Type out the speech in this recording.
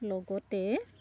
লগতে